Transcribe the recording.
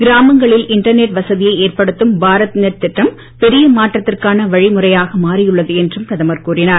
கிராமங்களில் இன்டர்நெட் வசதியை ஏற்படுத்தும் பாரத்நெட் திட்டம் பெரிய மாற்றத்துக்கான வழிமுறையாக மாறியுள்ளது என்றும் பிரதமர் கூறினார்